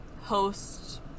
host